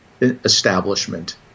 establishment